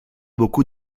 beaucoup